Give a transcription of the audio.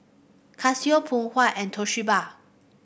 Casio Phoon Huat and Toshiba